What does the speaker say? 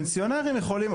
פנסיונרים יכולים,